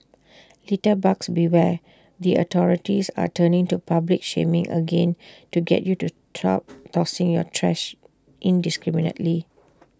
litterbugs beware the authorities are turning to public shaming again to get you to stop tossing your trash indiscriminately